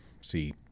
see